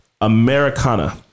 Americana